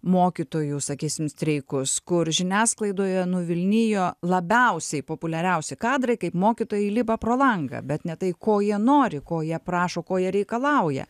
mokytojų sakysim streikus kur žiniasklaidoje nuvilnijo labiausiai populiariausi kadrai kaip mokytojai lipa pro langą bet ne tai ko jie nori ko jie prašo ko jie reikalauja